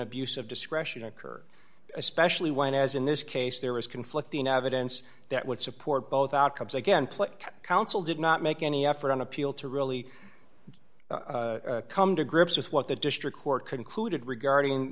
of discretion occur especially when as in this case there is conflicting evidence that would support both outcomes again play counsel did not make any effort on appeal to really come to grips with what the district court concluded regarding